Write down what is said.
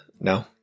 no